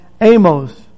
Amos